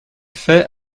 fait